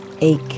ache